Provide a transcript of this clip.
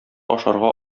ашарга